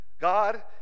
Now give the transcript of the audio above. God